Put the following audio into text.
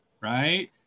right